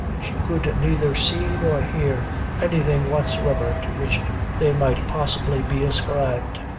she could neither see nor hear anything whatsoever to which they might possibly be ascribed.